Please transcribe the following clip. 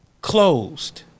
closed